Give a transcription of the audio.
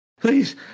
please